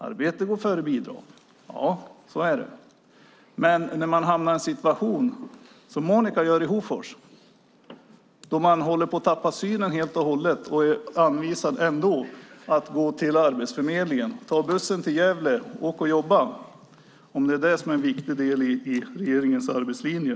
Arbete går före bidrag, ja, så är det, men när man hamnar i en sådan situation som Monika i Hofors, som håller på att förlora synen helt och ändå är anvisad att gå till Arbetsförmedlingen - ta bussen till Gävle och åk och jobba! - då undrar jag om det är en viktig del i regeringens arbetslinje.